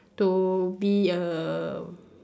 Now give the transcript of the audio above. to be a